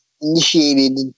initiated